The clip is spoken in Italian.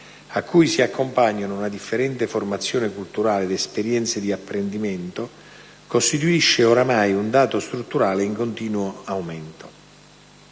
a cui si accompagnano una differente formazione culturale ed esperienze di apprendimento, costituisce oramai un dato strutturale in continuo aumento.